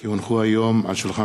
כי הונחו היום על שולחן